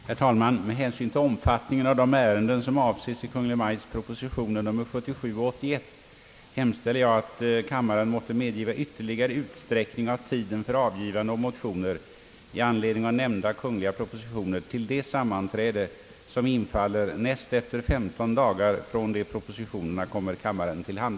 Herr talman! Med hänsyn till omfattningen av de ärenden som avses i Kungl. Maj:ts propositioner nr 68 och 101 hemställer jag att kammaren måtte medgiva ytterligare utsträckning av tiden för avgivande av motioner i anled